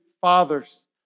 fathers